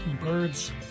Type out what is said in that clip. birds